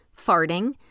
farting